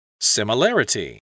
Similarity